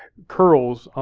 curls,